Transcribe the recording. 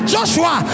Joshua